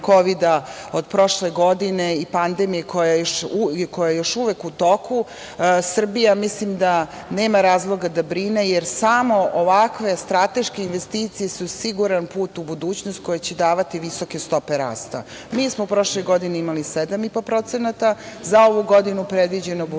od prošle godine i pandemije koja je još uvek u toku, Srbija mislim da nema razloga da brine, jer samo ovakve strateške investicije su siguran put u budućnost koje će davati visoke stope rasta. Mi smo u prošloj godini imali 7,5%, za ovu godinu je predviđeno budžetom